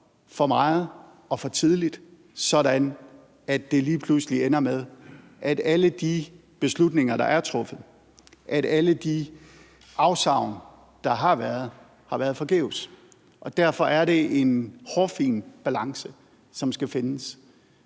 for meget op og for tidligt, sådan at det lige pludselig ender med, at alle de beslutninger, der er truffet, og alle de afsavn, der har været, har været forgæves. Derfor er det en hårfin balance, der skal findes.